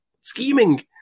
scheming